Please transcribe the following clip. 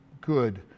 good